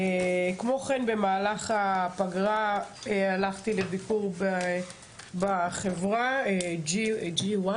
כמו כן במהלך הפגרה הלכתי לביקור בחברה G1